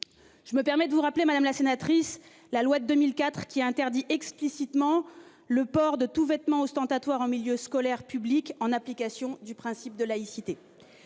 Je me permets de vous rappeler Madame la sénatrice. La loi de 2004 qui interdit explicitement le port de tout vêtement ostentatoires en milieu scolaire public en application du principe de laïcité.